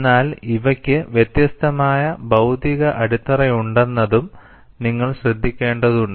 എന്നാൽ ഇവയ്ക്ക് വ്യത്യസ്തമായ ഭൌതിക അടിത്തറയുണ്ടെന്നതും നിങ്ങൾ ശ്രദ്ധിക്കേണ്ടതുണ്ട്